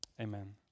amen